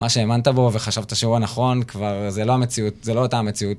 מה שהאמנת בו וחשבת שהוא הנכון כבר זה לא המציאות, זה לא אותה המציאות.